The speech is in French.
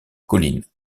colline